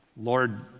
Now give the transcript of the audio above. Lord